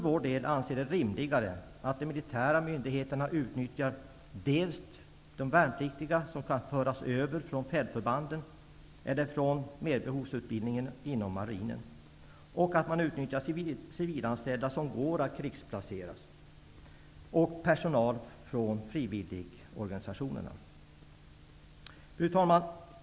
Vi anser det rimligare att de militära myndigheterna utnyttjar dels de värnpliktiga som kan föras över från bl.a. fältförbanden och från merbehovsutbildningen inom marinen, dels civilanställda som går att krigsplaceras och dels personal från frivilligorganisationerna. Fru talman!